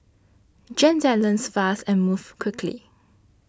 Gen Z learns fast and moves quickly